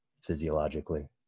physiologically